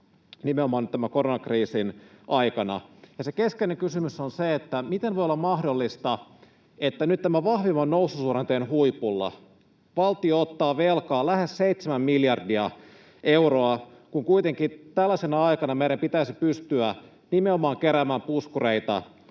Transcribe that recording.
nimenomaan nyt tämän koronakriisin aikana. Keskeinen kysymys on se, miten voi olla mahdollista, että nyt tämän vahvimman noususuhdanteen huipulla valtio ottaa velkaa lähes 7 miljardia euroa, kun kuitenkin tällaisena aikana meidän pitäisi pystyä nimenomaan keräämään puskureita